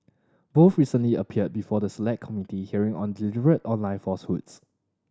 both recently appeared before the Select Committee hearing on deliberate online falsehoods